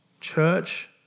Church